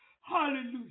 Hallelujah